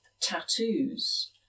tattoos